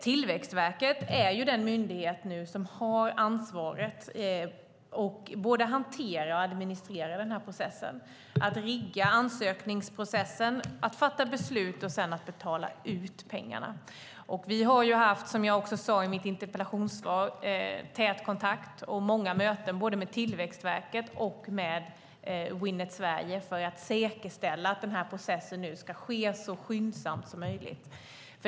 Tillväxtverket är den myndighet som nu har ansvaret för att både hantera och administrera den här processen, att rigga ansökningsprocessen, att fatta beslut och att sedan betala ut pengarna. Vi har ju haft, som jag också sade i mitt interpellationssvar, tät kontakt och många möten både med Tillväxtverket och med Winnet Sverige för att säkerställa att den här processen ska ske så skyndsamt som möjligt.